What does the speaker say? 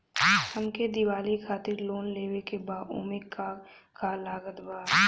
हमके दिवाली खातिर लोन लेवे के बा ओमे का का लागत बा?